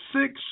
six